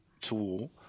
tool